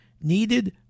needed